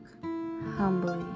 humbly